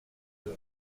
nous